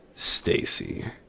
Stacy